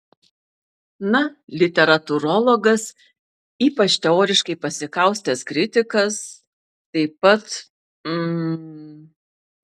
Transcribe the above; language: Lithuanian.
na literatūrologas ypač teoriškai pasikaustęs kritikas taip pat m